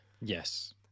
Yes